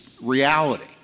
reality